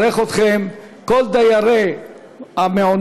אני מברך אתכם, כל דיירי המעונות,